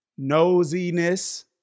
Nosiness